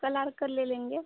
कल आकर ले लेंगे